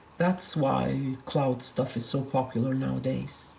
that's why cloud stuff is so popular nowadays.